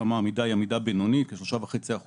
שם העמידה היא עמידה בינונית כ-3.5%